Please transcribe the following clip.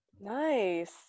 Nice